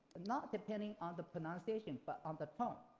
not depending on the pronunciation but on the tone.